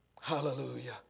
Hallelujah